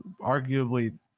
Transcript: arguably